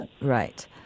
Right